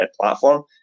platform